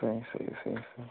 ہَے ہَے ہَے ہَے